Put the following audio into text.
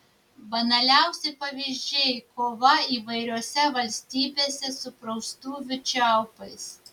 banaliausi pavyzdžiai kova įvairiose valstybėse su praustuvių čiaupais